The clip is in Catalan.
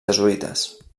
jesuïtes